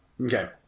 Okay